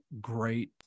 great